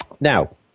Now